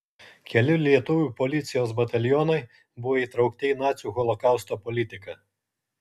keli lietuvių policijos batalionai buvo įtraukti į nacių holokausto politiką